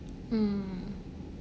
mm